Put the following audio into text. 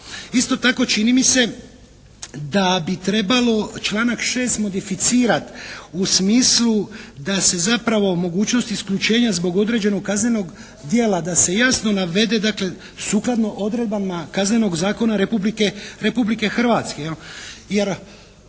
Isto tako čini mi se da bi trebalo članak 6. modificirati u smislu da se zapravo mogućnosti isključenja zbog određenog kaznenog djela da se jasno navede dakle sukladno odredbama Kaznenog zakona Republike Hrvatske,